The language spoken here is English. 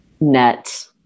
net